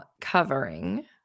covering